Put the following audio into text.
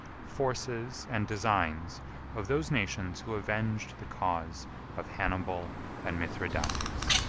forces, and designs of those nations who avenged the cause of hannibal and mithridates.